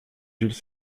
gilles